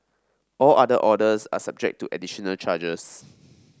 all other orders are subject to additional charges